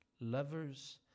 lovers